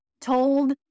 told